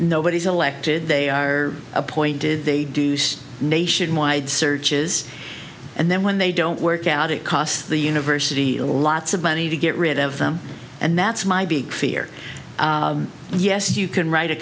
nobody's elected they are appointed they do use nationwide searches and then when they don't work out it costs the university of a lots of money to get rid of them and that's my big fear yes you can write a